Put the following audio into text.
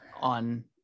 on